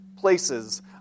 places